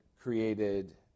created